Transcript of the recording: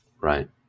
Right